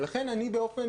לכן אני באופן